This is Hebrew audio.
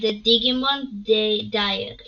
The Demigod Diaries